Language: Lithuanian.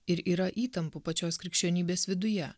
ir yra įtampų pačios krikščionybės viduje